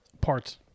Parts